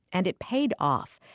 and it paid off.